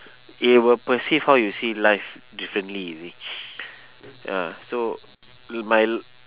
it will perceive how you see life differently you see ya so it might look